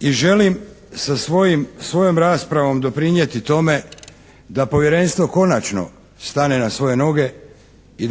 I želim sa svojim, svojom raspravom doprinijeti tome da Povjerenstvo konačno stane na svoje noge i